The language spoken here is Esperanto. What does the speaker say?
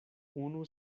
unu